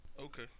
okay